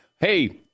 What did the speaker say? hey